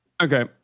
okay